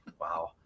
Wow